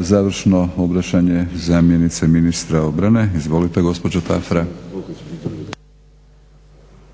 Završno obraćanje zamjenice ministra obrane. Izvolite gospođo Tafra.